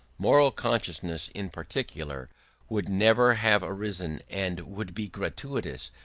moral consciousness in particular would never have arisen and would be gratuitous,